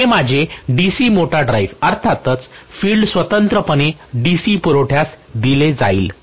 तर हे माझे DC मोटर ड्राइव्ह आणि अर्थातच फील्ड स्वतंत्रपणे DC पुरवठ्यास दिले जाईल